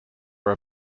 were